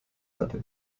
hatte